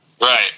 Right